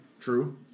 True